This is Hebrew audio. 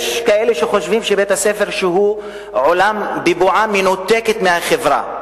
יש כאלה שחושבים שבית-הספר הוא בועה מנותקת מהחברה.